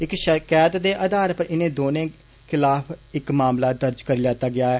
इक षकैत दे आधार पर इनें दौनें खिलाफ इक मामला दर्ज करी लैता गेआ ऐ